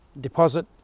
deposit